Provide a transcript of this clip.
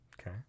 okay